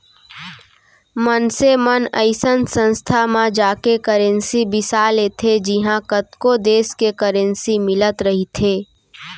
मनसे मन अइसन संस्था म जाके करेंसी बिसा लेथे जिहॉं कतको देस के करेंसी मिलत रहिथे